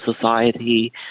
society